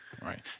Right